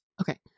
Okay